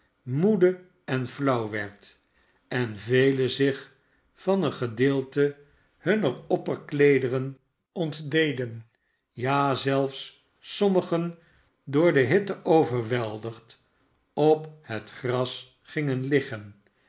moede en flauw werd en velen zich van een gedeelte hunner opperkleederen ontdeden ja zelfs sommigen door de hitte overweldigd op het gras gingen liggen